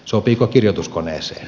sopiiko kirjoituskoneeseen